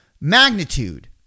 magnitude